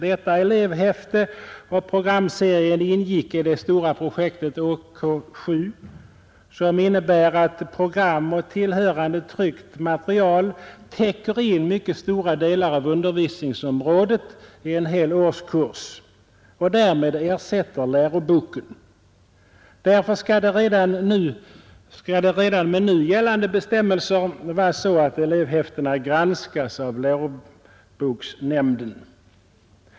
Detta elevhäfte och programserien ingick i det stora projektet ”åk 7”, vilket innebär att program och tillhörande tryckt material täcker in mycket stora delar av undervisningsområdet i en hel årskurs och därmed ersätter läroboken. Därför skall det redan med nu gällande bestämmelser vara så att elevhäftena granskas av läroboksnämnden.